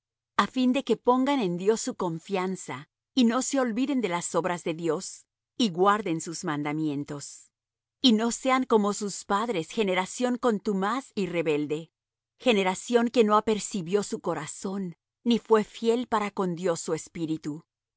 a fin de que pongan en dios su confianza y no se olviden de las obras de dios y guarden sus mandamientos y no sean como sus padres generación contumaz y rebelde generación que no apercibió su corazón ni fué fiel para con dios su espíritu